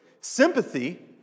Sympathy